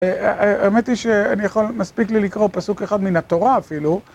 האמת היא שאני יכול, מספיק לי לקרוא פסוק אחד מן התורה אפילו.